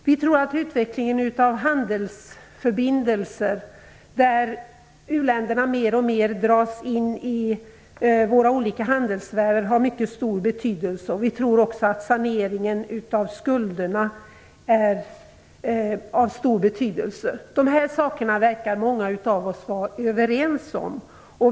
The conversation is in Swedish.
Vi tror att utvecklingen av handelsförbindelser, där u-länderna mer och mer dras in i våra olika handelssfärer har mycket stor betydelse. Vi tror också att saneringen av skulderna är av stor betydelse. Dessa saker verkar många av oss vara överens om.